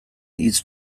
hitz